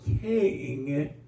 king